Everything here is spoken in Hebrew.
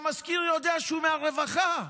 המשכיר יודע שהוא מהרווחה,